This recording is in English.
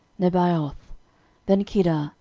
nebaioth then kedar,